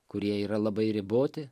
kurie yra labai riboti